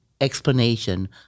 explanation